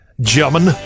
german